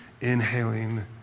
Inhaling